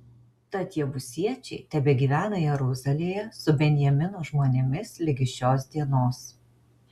tad jebusiečiai tebegyvena jeruzalėje su benjamino žmonėmis ligi šios dienos